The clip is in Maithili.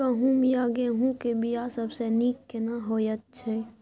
गहूम या गेहूं के बिया सबसे नीक केना होयत छै?